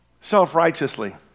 self-righteously